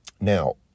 now